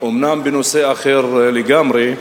אומנם בנושא אחר לגמרי,